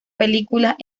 películas